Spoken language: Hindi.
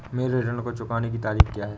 मेरे ऋण को चुकाने की तारीख़ क्या है?